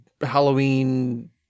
Halloween